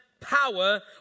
power